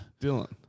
Dylan